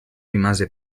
rimase